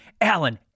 Alan